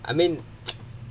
I mean